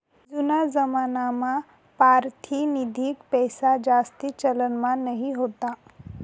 जूना जमानामा पारतिनिधिक पैसाजास्ती चलनमा नयी व्हता